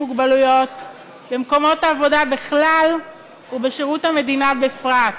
מוגבלות במקומות העבודה בכלל ובשירות המדינה בפרט.